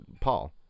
Paul